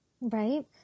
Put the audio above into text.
Right